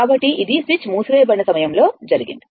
కాబట్టి ఇది స్విచ్ మూసివేయబడిన సమయంలో జరిగింది